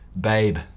babe